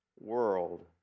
world